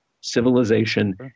civilization